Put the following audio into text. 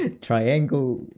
triangle